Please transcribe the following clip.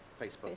Facebook